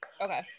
Okay